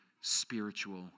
spiritual